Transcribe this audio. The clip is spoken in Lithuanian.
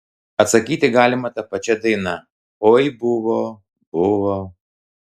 atsakyti galima ta pačia daina oi buvo buvo